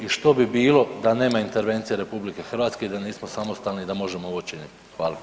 I što bi bilo da nema intervencije RH i da nismo samostalni i da možemo ovo činiti.